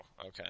okay